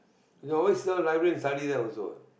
you can always sit down library and study there also what